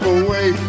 away